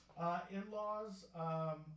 In-laws